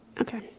Okay